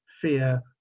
fear